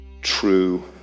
true